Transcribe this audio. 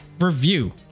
review